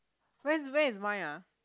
when's when is mine !huh!